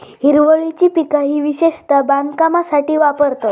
हिरवळीची पिका ही विशेषता बांधकामासाठी वापरतत